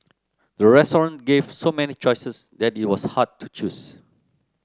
the restaurant gave so many choices that it was hard to choose